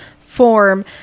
form